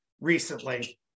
recently